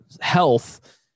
health